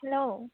hello